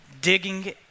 digging